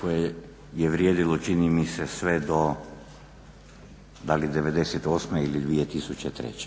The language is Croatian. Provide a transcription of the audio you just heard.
koje je vrijedilo čini mi se sve do da li '98.ili 2003.